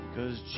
Cause